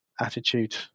attitude